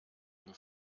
dem